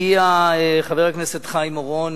ובאנו שני אנשים: הגיע חבר הכנסת חיים אורון,